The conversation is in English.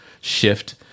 shift